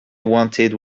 wanted